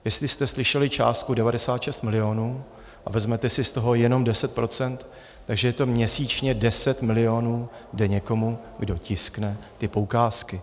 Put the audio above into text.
Jestli jste slyšeli částku 96 milionů a vezmete si z toho jenom 10 %, takže měsíčně 10 milionů jde někomu, kdo tiskne ty poukázky.